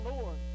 Lord